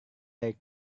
dari